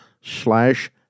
slash